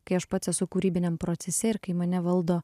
kai aš pats esu kūrybiniam procese ir kai mane valdo